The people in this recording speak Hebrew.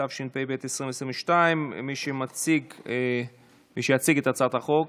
התשפ"ב 2022. מי שיציג את הצעת החוק,